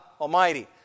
Almighty